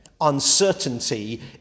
Uncertainty